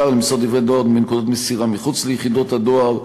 אושר למסור דברי דואר בנקודות מסירה מחוץ ליחידות הדואר.